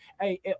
Hey